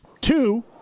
two